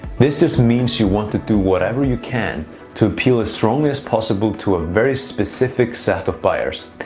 this just means you want to do whatever you can to appeal as strongly as possible to a very specific set of buyers.